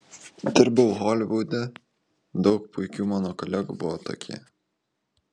dirbau holivude daug puikių mano kolegų buvo tokie